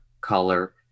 color